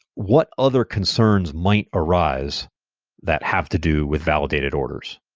what other concerns might arise that have to do with validated orders?